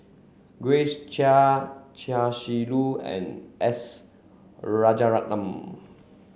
Grace Chia Chia Shi Lu and S Rajaratnam